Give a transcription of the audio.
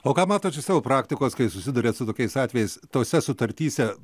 o ką matot iš savo praktikos kai susiduriat su tokiais atvejais tose sutartyse